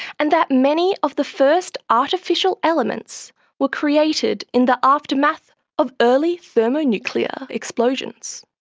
and that many of the first artificial elements were created in the aftermath of early thermonuclear explosions.